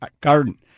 Garden